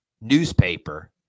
newspaper